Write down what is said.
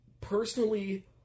Personally